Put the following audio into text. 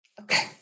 Okay